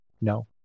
no